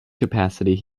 capacity